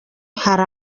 hari